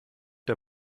der